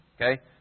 Okay